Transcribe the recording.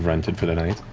rented for the night.